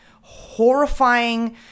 horrifying